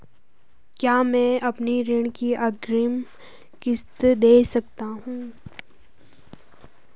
क्या मैं अपनी ऋण की अग्रिम किश्त दें सकता हूँ?